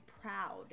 proud